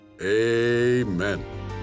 Amen